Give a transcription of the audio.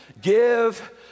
Give